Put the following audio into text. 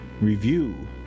review